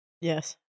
Yes